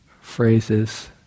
phrases